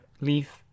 leaf